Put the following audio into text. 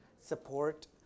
Support